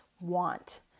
want